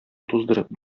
туздырып